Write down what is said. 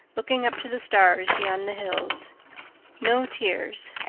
looking up to the stars beyond the hills no tears,